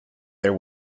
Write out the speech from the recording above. there